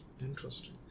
Interesting